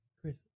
Chris